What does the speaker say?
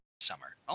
summer